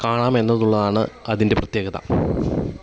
കാണാം എന്നുള്ളതാണ് അതിൻ്റെ പ്രത്യേകത